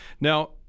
Now